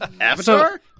Avatar